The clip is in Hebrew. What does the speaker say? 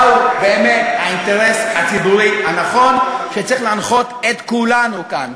מהו באמת האינטרס הציבורי הנכון שצריך להנחות את כולנו כאן.